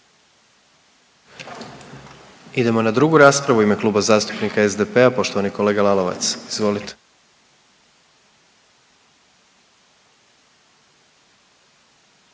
Idemo na drugu raspravu, u ime Kluba zastupnika SDP-a poštovani kolega Lalovac, izvolite.